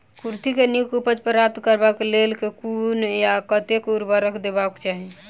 कुर्थी केँ नीक उपज प्राप्त करबाक लेल केँ कुन आ कतेक उर्वरक देबाक चाहि?